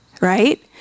right